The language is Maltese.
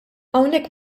hawnhekk